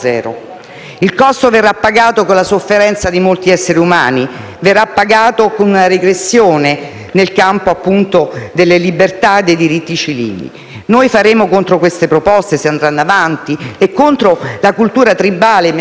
Il costo verrà pagato con la sofferenza di molti esseri umani e una regressione nel campo delle libertà e dei diritti civili. Contro queste proposte, se andranno avanti, e contro la cultura tribale e medievale